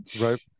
right